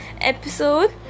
episode